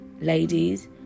ladies